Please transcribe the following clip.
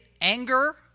anger